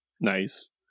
nice